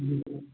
हुँ